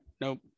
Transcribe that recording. Nope